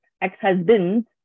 ex-husbands